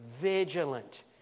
vigilant